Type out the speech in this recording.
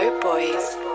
Boys